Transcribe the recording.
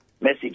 message